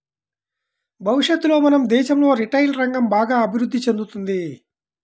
భవిష్యత్తులో మన దేశంలో రిటైల్ రంగం బాగా అభిరుద్ధి చెందుతుంది